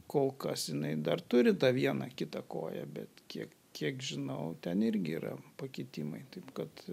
kol kas jinai dar turi tą vieną kitą koją bet kiek kiek žinau ten irgi yra pakitimai taip kad